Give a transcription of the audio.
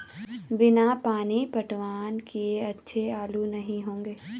बिना पानी पटवन किए अच्छे आलू नही होंगे